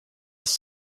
است